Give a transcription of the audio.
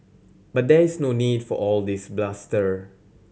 but there is no need for all this bluster